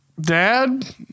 Dad